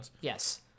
Yes